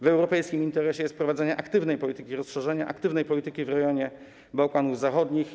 W europejskim interesie jest prowadzenie aktywnej polityki rozszerzenia, aktywnej polityki w rejonie Bałkanów Zachodnich.